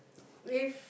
if